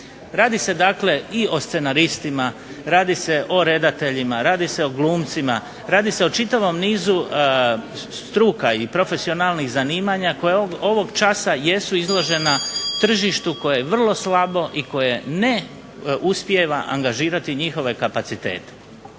Radi se dakle i o scenaristima, radi se o redateljima, radi se o glumcima, radi se o čitavom nizu struka i profesionalnih zanimanja koje ovog časa jesu izložena tržištu koje vrlo slabo i koje ne uspijeva angažirati njihove kapacitet.